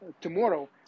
tomorrow